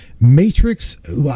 matrix